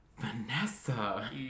Vanessa